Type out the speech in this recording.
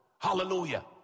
Hallelujah